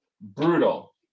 Brutal